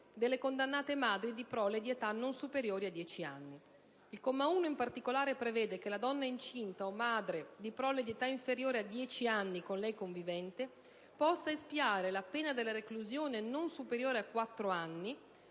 delle condannate madri di prole di età non superiore a dieci anni. Il comma 1, in particolare, prevede che la donna incinta, o madre di prole di età inferiore ai dieci anni con essa convivente, possa espiare la pena della reclusione non superiore a quattro